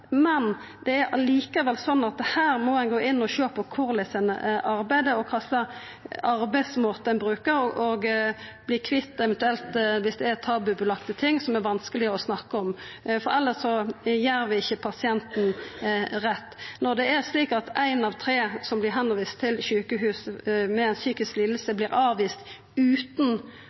likevel slik at ein må gå inn og sjå på korleis ein arbeider, og kva slags arbeidsmåtar ein bruker, og eventuelt verta kvitt om det er tabulagde ting som det er vanskeleg å snakka om. Elles gjer vi ikkje pasienten rett. Når det er slik at ein av tre med ei psykisk liding som vert viste til sjukehus, vert avvist utan at ein